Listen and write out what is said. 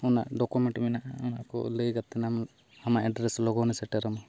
ᱟᱢᱟᱜ ᱰᱳᱠᱩᱢᱮᱴ ᱢᱮᱱᱟᱜᱼᱟ ᱚᱱᱟ ᱠᱚ ᱞᱟᱹᱭ ᱠᱟᱛᱮᱱ ᱟᱢ ᱟᱢᱟᱜ ᱮᱰᱰᱨᱮᱥ ᱞᱚᱜᱚᱱᱮ ᱥᱮᱴᱮᱨᱟᱢᱟ